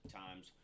times